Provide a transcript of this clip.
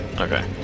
Okay